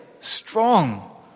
strong